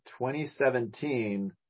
2017